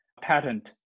patent